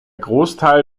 großteil